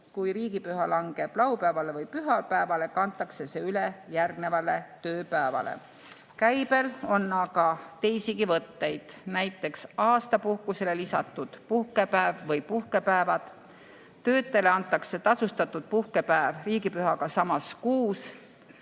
kui riigipüha langeb laupäevale või pühapäevale, kantakse see üle järgnevale tööpäevale. Käibel on aga teisigi lahendusi, näiteks aastapuhkusele lisatud puhkepäev või puhkepäevad, töötajale antakse tasustatud puhkepäev riigipühaga samas kuus.